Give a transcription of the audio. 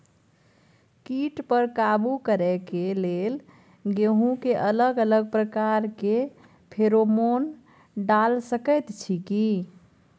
कीट पर काबू करे के लेल गेहूं के अलग अलग प्रकार के फेरोमोन डाल सकेत छी की?